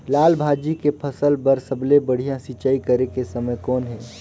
लाल भाजी के फसल बर सबले बढ़िया सिंचाई करे के समय कौन हे?